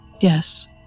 Yes